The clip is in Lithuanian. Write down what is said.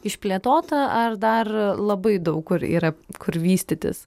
išplėtota ar dar labai daug kur yra kur vystytis